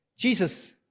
Jesus